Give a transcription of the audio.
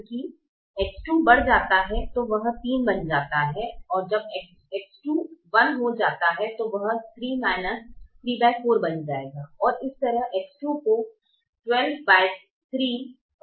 क्योंकि X2 बढ़ जाता है तो यह 3 बन जाता है ओर जब X2 यह 1 हो जाता है तो यह 3 34 बन जाएगा और इस तरह X2 को 1234 तक जाने की अनुमति होगी